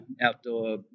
outdoor